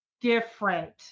different